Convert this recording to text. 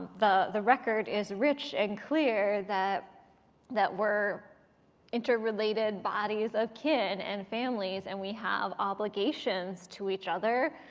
the the record is rich and clear that that we're interrelated bodies of kin and families and we have obligations to each other.